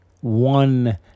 one